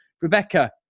Rebecca